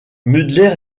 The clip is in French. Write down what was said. mulder